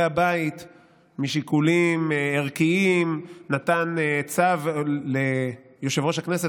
הבית משיקולים ערכיים ונתן צו ליושב-ראש הכנסת,